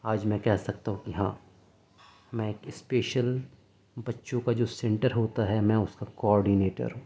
آج میں کہہ سکتا ہوں کہ ہاں میں ایک اسپیشل بچوں کا جو سینٹر ہوتا ہے میں اس کا کوآرڈینیٹر ہوں